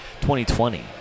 2020